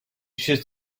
should